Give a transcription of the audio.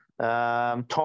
Tom